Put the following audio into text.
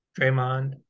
Draymond